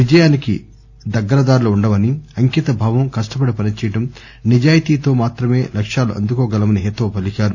విజయానికి దగ్గర దారులు ఉండవని అంకిత భావం కష్ణపడి పనిచేయడం నిజాయితీతో మాత్రమే లక్ష్యాలు అందుకోగలమని హితవు పలికారు